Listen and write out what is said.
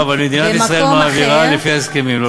אבל מדינת ישראל מעבירה לפי ההסכמים.